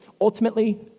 ultimately